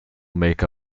make